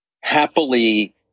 happily